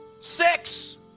Six